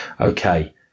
Okay